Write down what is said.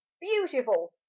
beautiful